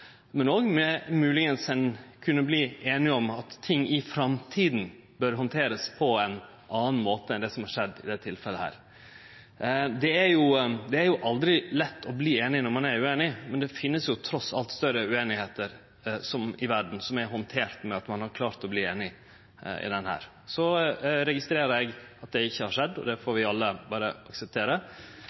men òg for moglegvis å verte einige om at ting i framtida bør handterast på ein annan måte enn slik det har skjedd i dette tilfellet. Det er aldri lett å verte einig når ein er ueinig, men det finst trass alt større ueinigheiter enn denne i verda som er handtert slik at ein har klart å bli einig. Eg registrerer at det ikkje har skjedd, og det får vi alle berre akseptere.